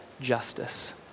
justice